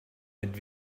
mit